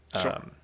sure